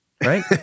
right